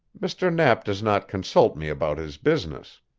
mr. knapp does not consult me about his business.